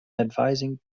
advising